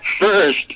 first